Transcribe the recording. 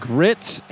Grits